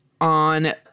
on